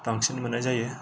बांसिन मोननाय जायो